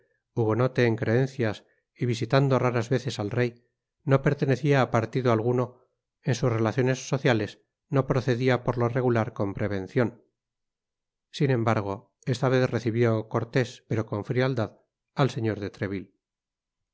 hugonote en creencias y visitando raras veces al rey no pertenecía á partido alguno en sus relaciones sociales no procedia por lo regular con prevencion sin embargo esta vez recibió cortés pero con frialdad al señor de treville